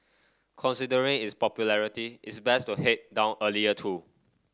considering its popularity it's best to head down earlier too